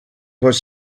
was